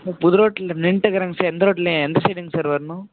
sir புது ரோட்டில் நின்றுட்டுக்குறேங்க சார் எந்த ரோட்டில் எந்த சைடுங்க சார் வரணும்